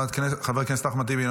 חבר הכנסת אחמד טיבי,